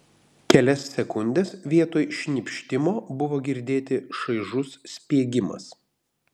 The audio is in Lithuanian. kelias sekundes vietoj šnypštimo buvo girdėti šaižus spiegimas